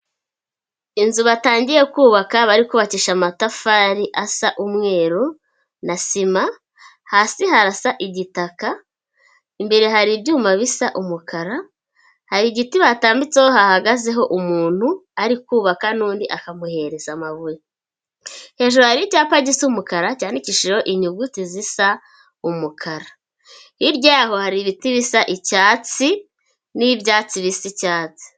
Inzu batangiye kubaka bari kubabakisha amatafari asa umweru na sima hasi harasa igitaka imbere hari ibyuma bisa umukara hari igiti hatambitseho hahagazeho umuntu ari kubaka n'undi akamuhereza amabuye hejuru hari icyapa gisa umukara cyandikishijeho inyuguti zisa umukara hirya y'aho hari ibiti bisa icyatsi n'ibyatsi bibisa icyatsi.